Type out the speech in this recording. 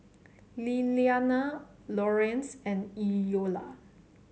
Lilliana Lorenz and Iola